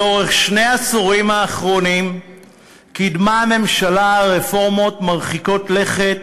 לאורך שני העשורים האחרונים קידמה הממשלה רפורמות מרחיקות לכת